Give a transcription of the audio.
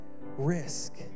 risk